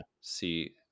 See